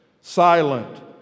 silent